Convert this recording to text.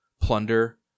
plunder